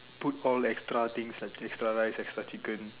put all extra things like extra rice extra chicken